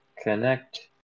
connect